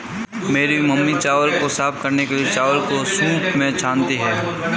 मेरी मामी चावल को साफ करने के लिए, चावल को सूंप में छानती हैं